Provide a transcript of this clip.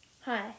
Hi